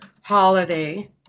holiday